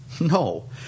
No